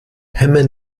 hemen